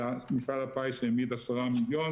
ומפעל הפיס העמיד 10 מיליון.